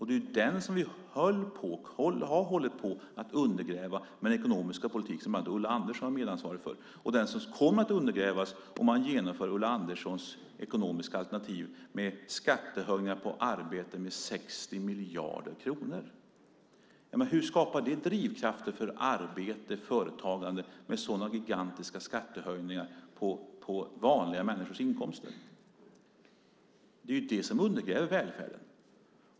Det är den som vi har hållit på att undergräva med den ekonomiska politik som bland andra Ulla Andersson är medansvarig för, och det är den som kommer att undergrävas om man genomför Ulla Anderssons ekonomiska alternativ med skattehöjningar på arbete med 60 miljarder kronor. Hur skapar det drivkrafter för arbete och företagande med sådana gigantiska skattehöjningar på vanliga människors inkomster? Det är ju det som undergräver välfärden.